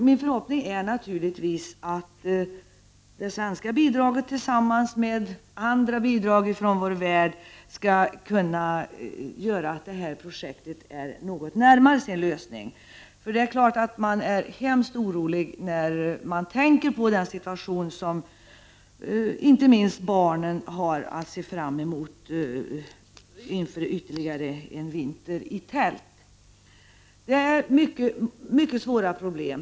Min förhoppning är naturligtvis att det svenska bidraget tillsammans med andra bidrag skall kunna göra att det här projektet kommer något närmare sin lösning. Det är klart att man är hemskt orolig när man tänker på den situation som inte minst barnen har att se fram emot inför ytterligare en vinter i tält. Det är ett mycket svårt problem.